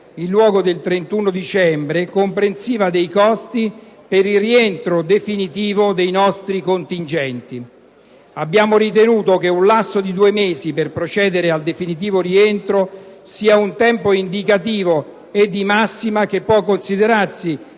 in luogo del 31 dicembre 2009, comprensiva dei costi per il rientro definitivo dei nostri contingenti. Abbiamo ritenuto che un lasso di due mesi per procedere ad un definitivo rientro sia un tempo indicativo e di massima assolutamente